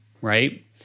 right